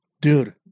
Dude